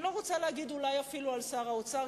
אני לא רוצה להגיד אולי אפילו על שר האוצר,